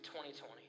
2020